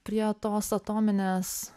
prie tos atominės